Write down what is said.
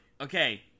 okay